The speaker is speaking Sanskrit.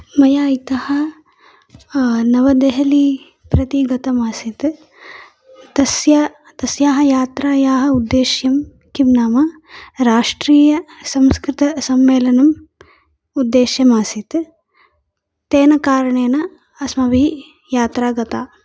मया इतः नवदेहलीं प्रति गतम् आसीत् तस्य तस्याः यात्रायाः उद्देश्यं किं नाम राष्ट्रीयसंस्कृतसम्मेलनम् उद्देश्यम् आसीत् तेन कारणेन अस्माभिः यात्रा गता